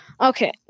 Okay